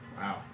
Wow